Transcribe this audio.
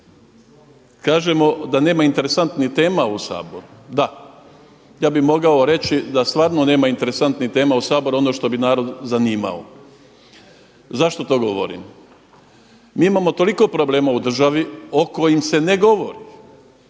Kažemo da nema interesantnih tema u Saboru. Da, ja bih mogao reći da stvarno nema interesantnih tema u Saboru, ono što bi narod zanimalo. Zašto to govorim? Mi imamo toliko problema u državi o kojima se ne govori.